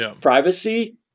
privacy